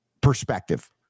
perspective